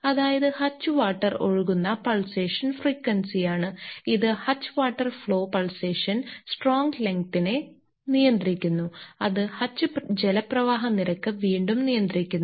അതായത് hutch water ഒഴുകുന്ന pulsation ഫ്രീക്വൻസിയാണ് ഇത് hutch water flow pulsation stroke ലെങ്ങ്തിനെ നിയന്ത്രിക്കുന്നു ഇത് ഹച്ച് ജലപ്രവാഹ നിരക്ക് വീണ്ടും നിയന്ത്രിക്കുന്നു